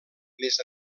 més